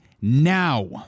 now